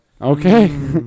Okay